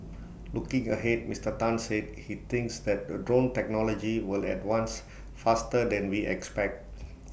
looking ahead Mister Tan said he thinks that drone technology will advance faster than we expect